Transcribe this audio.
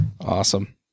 Awesome